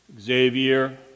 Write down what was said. Xavier